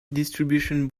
distribution